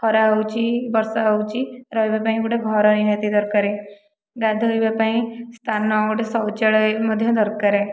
ଖରା ହେଉଛି ବର୍ଷା ହେଉଛି ରହିବା ପାଇଁ ଗୋଟିଏ ଘର ନିହାତି ଦରକାର ଗାଧୋଇବା ପାଇଁ ସ୍ଥାନ ଗୋଟିଏ ଶୌଚାଳୟ ବି ମଧ୍ୟ ଦରକାର